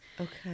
Okay